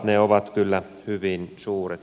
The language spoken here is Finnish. ne ovat kyllä hyvin suuret